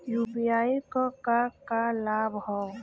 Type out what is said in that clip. UPI क का का लाभ हव?